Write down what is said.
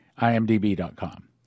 IMDB.com